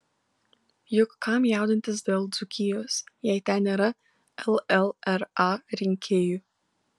juk kam jaudintis dėl dzūkijos jei ten nėra llra rinkėjų